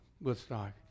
Woodstock